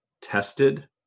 tested